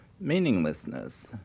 meaninglessness